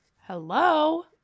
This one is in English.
Hello